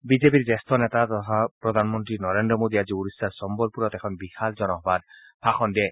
বিজেপিৰ জ্যেষ্ঠ নেতা তথা প্ৰধানমন্ত্ৰী নৰেন্দ্ৰ মোদীয়ে আজি ওড়িশাৰ চম্বলপুৰত এখন বিশাল জনসভাত ভাষণ দিয়ে